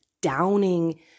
downing